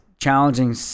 challenging